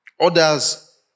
Others